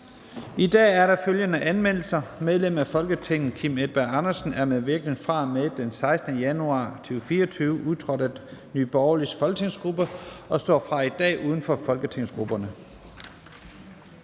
I dag er der følgende anmeldelser: Medlem af Folketinget Kim Edberg Andersen er med virkning fra og med den 16. januar 2024 udtrådt af Nye Borgerliges folketingsgruppe og står fra i dag uden for folketingsgrupperne.